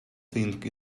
think